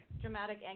Dramatic